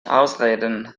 ausreden